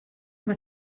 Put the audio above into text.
mae